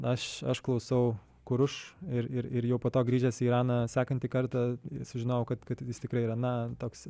aš aš klausau kuruš ir ir jau po to grįžęs į iraną sekantį kartą sužinojau kad kad jis tikrai yra na toks